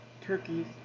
turkeys